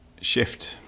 shift